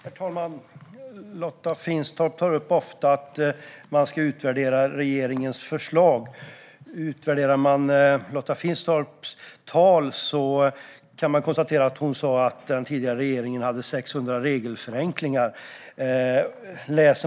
Herr talman! Lotta Finstorp tar ofta upp att man ska utvärdera regeringens förslag. Om man utvärderar Lotta Finstorps tal kan man konstatera att hon sa att den tidigare regeringen gjorde 600 regelförenklingar.